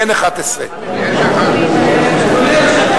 ואין 11. אדוני היושב-ראש,